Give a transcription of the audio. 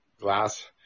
glass